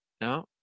no